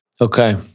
Okay